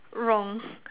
wrong